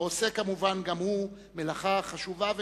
העושה כמובן גם הוא מלאכה חשובה ונאמנה,